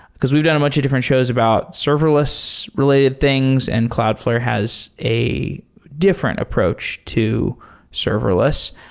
because we've done a bunch of different shows about serverless related things and cloudflare has a different approach to serverless.